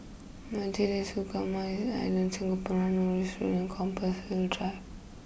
Majlis Ugama Islam Singapura Norris Road and Compassvale Drive